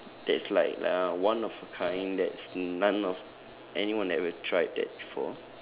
that's like uh one of a kind that's none of anyone ever tried that before